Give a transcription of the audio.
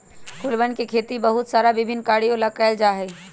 फूलवन के खेती बहुत सारा विभिन्न कार्यों ला कइल जा हई